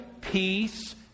peace